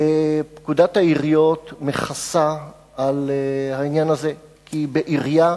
פקודת העיריות מכסה עניין הזה, כי בעירייה